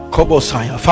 Kobosaya